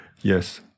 yes